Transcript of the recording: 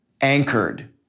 anchored